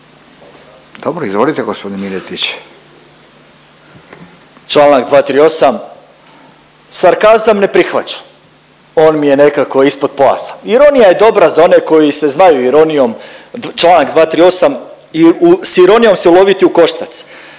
**Miletić, Marin (MOST)** Članak 238., sarkazam ne prihvaćam on mi je nekako ispod pojasa. Ironija je dobra za one koji se znaju ironijom, Članak 238. i s ironijom se uloviti u koštac.